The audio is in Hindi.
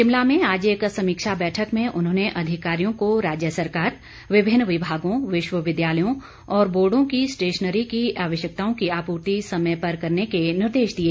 शिमला में आज एक समीक्षा बैठक में उन्होंने अधिकारियों को राज्य सरकार विभिन्न विभागों विश्वविद्यालयों और बोर्डो की स्टेशनरी की आवश्यकताओं की आपूर्ति समय पर करने के निर्देश दिए